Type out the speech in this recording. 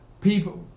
People